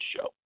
show